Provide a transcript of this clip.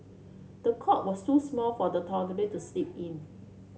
the cot was too small for the toddler to sleep in